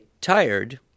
tired